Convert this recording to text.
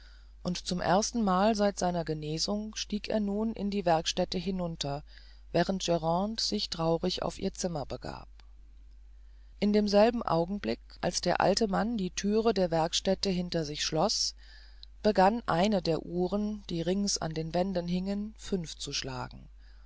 und zum ersten mal seit seiner genesung stieg er nun in die werkstätte hinunter während grande sich traurig auf ihr zimmer begab in demselben augenblick als der alte mann die thüre der werkstätte hinter sich schloß begann eine der uhren die rings an den wänden hingen fünf zu schlagen